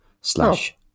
slash